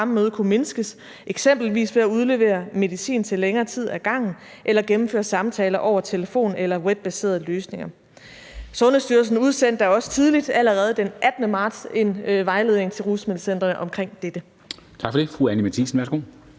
kunne mindskes, eksempelvis ved at udlevere medicin til længere tid ad gangen eller gennemføre samtaler over telefon eller via webbaserede løsninger. Sundhedsstyrelsen udsendte da også tidligt, allerede den 18. marts, en vejledning til rusmiddelcentrene om dette.